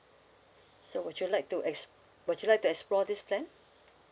s~ so would you like to ex~ would you like to explore this plan